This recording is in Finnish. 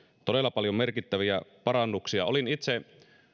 todella paljon merkittäviä parannuksia olin itse